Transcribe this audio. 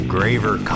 Graver